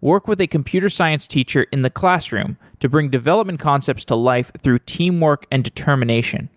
work with a computer science teacher in the classroom to bring development concepts to life through teamwork and determination